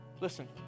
Listen